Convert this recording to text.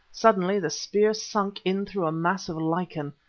suddenly the spear sunk in through a mass of lichen.